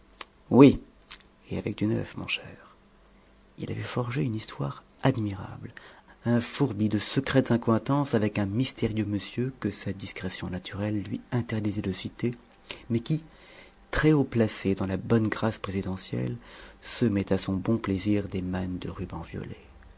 oui et avec du neuf mon cher il avait forgé une histoire admirable un fourbi de secrètes accointances avec un mystérieux monsieur que sa discrétion naturelle lui interdisait de citer mais qui très haut placé dans la bonne grâce présidentielle semait à son bon plaisir des mannes de rubans violets